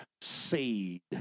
seed